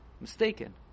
mistaken